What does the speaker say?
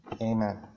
Amen